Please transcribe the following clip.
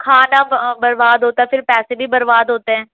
کھانا برباد ہوتا ہے پھر پیسے بھی برباد ہوتے ہیں